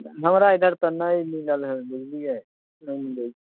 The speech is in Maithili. हमरा इधर तऽ नहि मिलल हय बुझलियै नहि मिलै